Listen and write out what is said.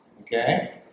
Okay